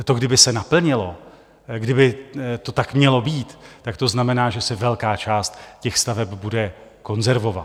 To kdyby se naplnilo, kdyby to tak mělo být, tak to znamená, že se velká část těch staveb bude konzervovat.